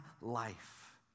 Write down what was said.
life